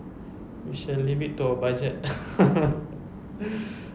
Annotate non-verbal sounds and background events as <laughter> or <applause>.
we shall leave it to our budget <laughs>